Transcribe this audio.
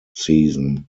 season